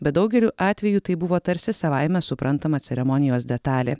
bet daugeliu atvejų tai buvo tarsi savaime suprantama ceremonijos detalė